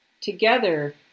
Together